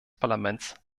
parlaments